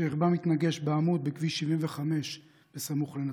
שרכבם התנגש בעמוד בכביש 75 בסמוך לנצרת.